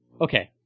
okay